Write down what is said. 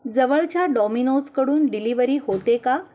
जवळच्या डॉमिनोजकडून डिलिव्हरी होते का